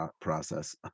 process